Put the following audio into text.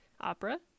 opera